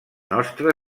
nostre